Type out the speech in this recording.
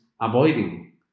avoiding